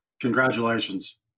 Congratulations